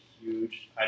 huge